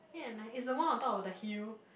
eight and nine is the one on top of the hill